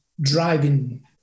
driving